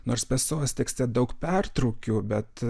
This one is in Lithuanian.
nors peso tekste daug pertrūkių bet